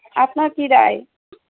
আপনার কি রায়